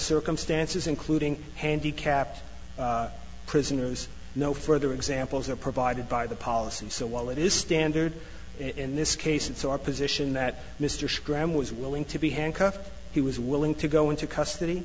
circumstances including handicapped prisoners no further examples are provided by the policy so while it is standard in this case and so our position that mr scram was willing to be handcuffed he was willing to go into custody